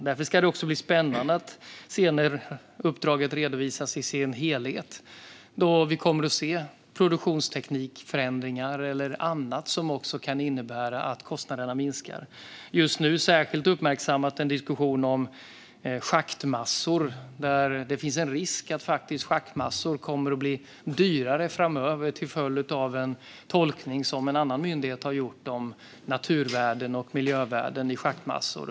Därför ska det bli spännande när uppdraget redovisas i sin helhet och vi får se produktionsteknikförändringar eller annat som kan innebära att kostnaderna minskar. Just nu uppmärksammas särskilt en diskussion om schaktmassor. Det finns nämligen en risk att schaktmassor blir dyrare framöver till följd av en tolkning som en annan myndighet har gjort om natur och miljövärden i schaktmassor.